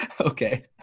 Okay